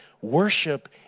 worship